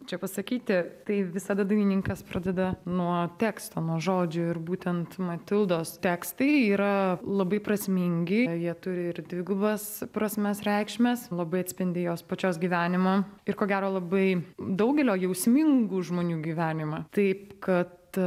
čia pasakyti tai visada dailininkas pradeda nuo tekstą nuo žodžių ir būtent matildos tekstai yra labai prasmingi jie turi ir dvigubas prasmes reikšmes labai atspindi jos pačios gyvenimą ir ko gero labai daugelio jausmingų žmonių gyvenimą taip kad